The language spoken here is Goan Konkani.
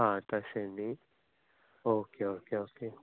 हां तशें न्हय ओके ओके ओके